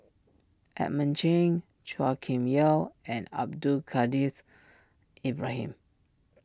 Edmund Chen Chua Kim Yeow and Abdul Kadir's Ibrahim